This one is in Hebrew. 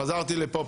חזרתי לפה,